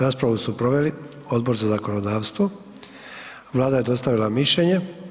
Raspravu su proveli Odbor za zakonodavstvo, Vlada je dostavila mišljenje.